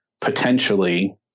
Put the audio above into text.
potentially